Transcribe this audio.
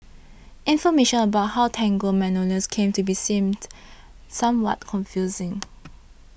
information about how Tango Magnolia came to be seemed somewhat confusing